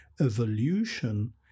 evolution